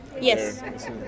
Yes